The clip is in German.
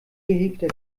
gehegter